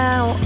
Now